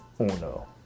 uno